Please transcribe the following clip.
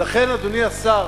ולכן, אדוני השר,